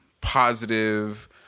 positive